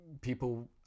people